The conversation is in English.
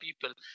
people